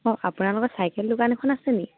অঁ আপোনালোকৰ চাইকেল দোকান এখন আছে নি